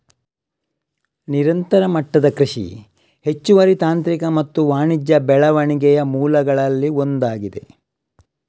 ನಿರಂತರ ಮಟ್ಟದ ಕೃಷಿ ಹೆಚ್ಚುವರಿ ತಾಂತ್ರಿಕ ಮತ್ತು ವಾಣಿಜ್ಯ ಬೆಳವಣಿಗೆಯ ಮೂಲಗಳಲ್ಲಿ ಒಂದಾಗಿದೆ